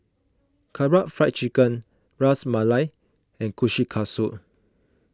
Karaage Fried Chicken Ras Malai and Kushikatsu